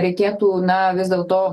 reikėtų na vis dėl to